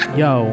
yo